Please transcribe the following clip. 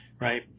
right